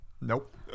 Nope